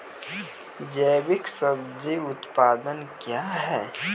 जैविक सब्जी उत्पादन क्या हैं?